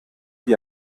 die